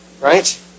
Right